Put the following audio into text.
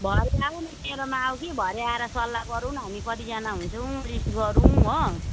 भरे आऊ न मेरोमा आऊ कि भरे आएर सल्लाह गरौँ न हामी कतिजना हुन्छौँ लिस्ट गरौँ हो